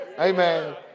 Amen